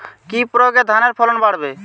কি প্রয়গে ধানের ফলন বাড়বে?